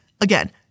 again